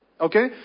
Okay